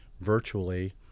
virtually